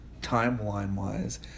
timeline-wise